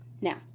Now